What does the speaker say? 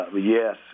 yes